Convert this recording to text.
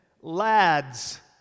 lads